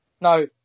no